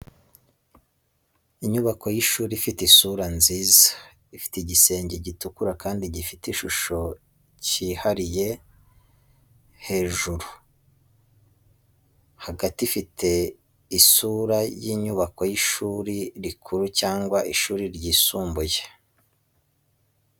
Inyubako y’ishuri ifite isura nziza, yubatse neza kandi ikikijwe n’ubusitani butoshye. Iyo nyubako ni nini ifite amadirishya menshi igaragara nk’iy’amagorofa abiri, ifite igisenge gitukura kandi gifite igishushanyo kihariye hejuru, hagati ifite isura y’inyubako y’ishuri rikuru cyangwa ishuri ryisumbuye rifite ubushobozi bwo kwakira abanyeshuri benshi.